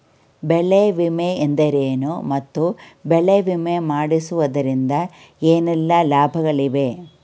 ಬೆಳೆ ವಿಮೆ ಎಂದರೇನು ಮತ್ತು ಬೆಳೆ ವಿಮೆ ಮಾಡಿಸುವುದರಿಂದ ಏನೆಲ್ಲಾ ಲಾಭಗಳಿವೆ?